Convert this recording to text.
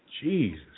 Jesus